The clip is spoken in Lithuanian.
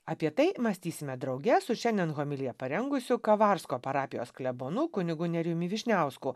apie tai mąstysime drauge su šiandien homiliją parengusiu kavarsko parapijos klebonu kunigu nerijumi vyšniausku